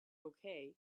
okay